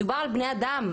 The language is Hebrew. מדובר על בני אדם,